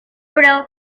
prolífico